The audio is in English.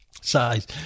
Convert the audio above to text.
size